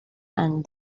and